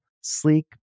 sleek